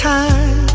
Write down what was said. time